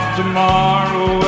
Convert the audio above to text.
tomorrow